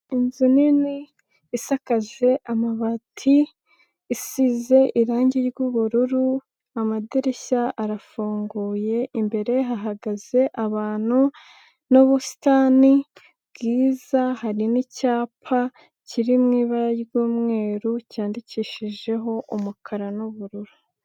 Inzu nini isakaje amabati, isize irangi ryubururu, amadirishya arafunguye. Imbere hahagaze abantu n'ubusitani bwiza, hari n'icyapa kiri mu ibara ry'umweru cyandikishijeho umukara n'ubururu.